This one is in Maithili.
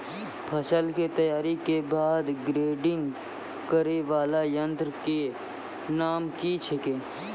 फसल के तैयारी के बाद ग्रेडिंग करै वाला यंत्र के नाम की छेकै?